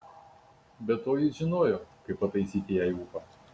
be to jis žinojo kaip pataisyti jai ūpą